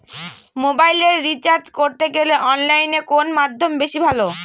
মোবাইলের রিচার্জ করতে গেলে অনলাইনে কোন মাধ্যম বেশি ভালো?